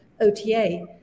OTA